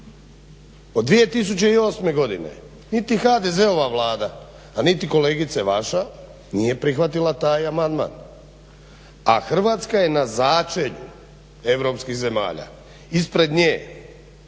od 2008. godine. Niti HDZ-ova, a niti kolegice vaša nije prihvatila taj amandman, a Hrvatska je na začelju europskih zemalja. Ispred nje